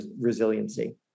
resiliency